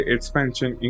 Expansion